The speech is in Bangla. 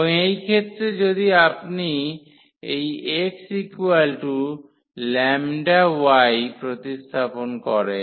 এবং এই ক্ষেত্রে যদি আপনি এই x λy প্রতিস্থাপন করেন